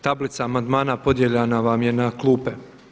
Tablica amandmana podijeljena vam je na klupe.